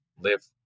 live